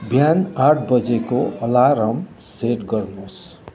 बिहान आठ बजेको अलार्म सेट गर्नुहोस्